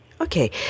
Okay